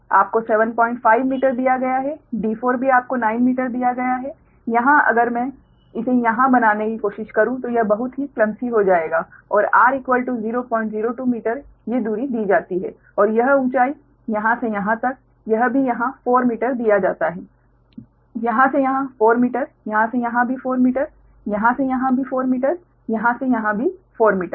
तो d1 आपको 75 metre दिया गया है d4 भी आपको 9 मीटर दिया गया है यहाँ अगर मैं इसे यहाँ बनाने की कोशिश करूँ तो यह बहुत ही क्लमसी हो जाएगा और r 002 मीटर ये दूरी दी जाती है और यह ऊँचाई यहाँ से यहाँ तक यह भी यहाँ 4 मीटर दिया जाता है यहाँ से यहाँ 4 मीटर यहाँ से यहाँ भी 4 मीटर यहाँ से यहाँ भी 4 मीटर यहाँ से यहाँ भी 4 मीटर